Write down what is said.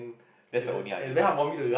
that's the only argument ah